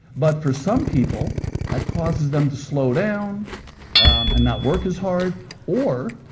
but for some people that causes them to slow down and not work as hard or